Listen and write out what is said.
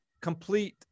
complete